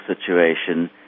situation